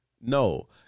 No